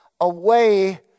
away